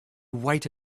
wait